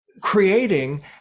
creating